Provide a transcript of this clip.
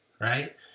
right